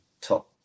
top